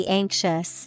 anxious